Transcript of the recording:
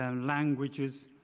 and languages,